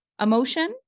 emotion